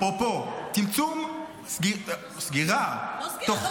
אפרופו, צמצום, סגירה, לא סגירה.